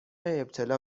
ابتلا